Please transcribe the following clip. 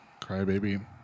crybaby